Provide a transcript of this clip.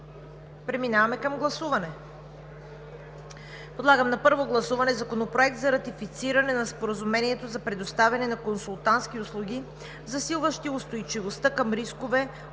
Преминаваме към гласуване. Подлагам на първо гласуване Законопроект за ратифициране на Споразумението за предоставяне на консултантски услуги, засилващи устойчивостта към рискове